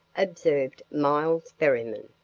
observed miles berryman,